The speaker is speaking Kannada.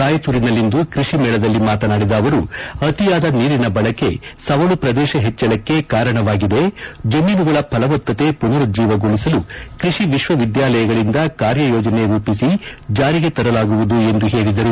ರಾಯಚೂರಿನಲ್ಲಿಂದು ಕೃಷಿ ಮೇಳದಲ್ಲಿ ಮಾತನಾಡಿದ ಅವರು ಅತಿಯಾದ ನೀರಿನ ಬಳಕೆ ಸವಳು ಪ್ರದೇಶ ಹೆಚ್ಚಳಕ್ಕೆ ಕಾರಣವಾಗಿದೆ ಜಮೀನುಗಳ ಫಲವತ್ತತೆ ಪುನರುಜ್ಜೀವಗೊಳಿಸಲು ಕೃಷಿ ವಿತ್ವ ವಿದ್ಯಾಲಯಗಳಂದ ಕಾರ್ಯಯೋಜನೆ ರೂಪಿಸಿ ಜಾರಿಗೆ ತರಲಾಗುವುದು ಎಂದು ಹೇಳಿದರು